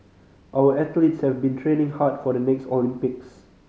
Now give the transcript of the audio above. our athletes have been training hard for the next Olympics